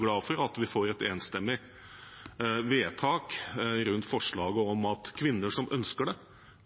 glad for at vi får et enstemmig vedtak rundt forslaget om at kvinner som ønsker det,